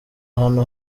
hantu